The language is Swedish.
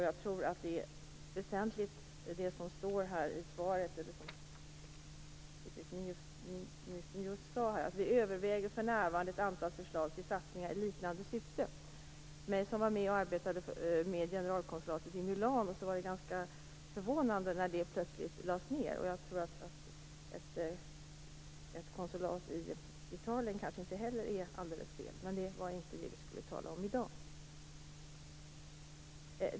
Jag tror att det som står i svaret är väsentligt: "Vi överväger för närvarande ett antal förslag till satsningar i liknande syfte." Jag var med och arbetade för ett generalkonsulat i Milano och blev ganska förvånad när det plötsligt lades ner. Ett konsulat i Italien kanske inte heller är alldeles fel, men det var inte det vi skulle tala om i dag.